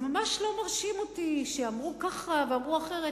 זה ממש לא מרשים אותי שאמרו ככה ואמרו אחרת.